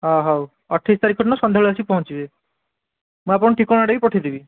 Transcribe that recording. ହଁ ହଉ ଅଠେଇଶି ତାରିଖ ଦିନ ସଂନ୍ଧ୍ୟା ବେଳେ ଆସି ପହଞ୍ଚିବେ ମୁଁ ଆପଣଙ୍କୁ ଠିକଣାଟା ବି ପଠାଇଦେବି